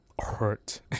hurt